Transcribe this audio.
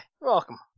welcome